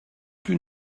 plus